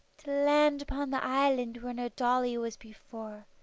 to land upon the island where no dolly was before,